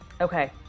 Okay